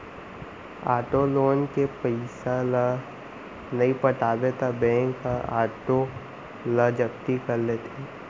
auto loan के पइसा ल नइ पटाबे त बेंक ह आटो ल जब्ती कर लेथे